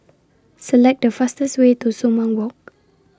Select The fastest Way to Sumang Walk